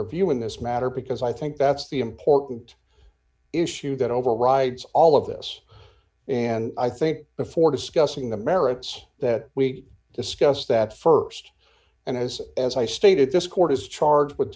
review in this matter because i think that's the important issue that overrides all of this and i think before discussing the merits that we discussed that st and as as i stated this court is charged with